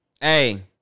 Hey